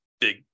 big